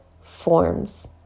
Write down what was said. forms